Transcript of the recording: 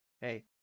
Hey